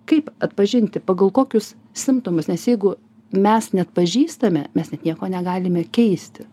kaip atpažinti pagal kokius simptomus nes jeigu mes neatpažįstame mes net nieko negalime keisti